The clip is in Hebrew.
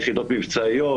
יחידות מבצעיות,